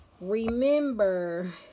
remember